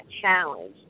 challenge